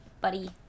buddy